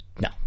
No